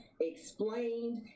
explained